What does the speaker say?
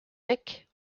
make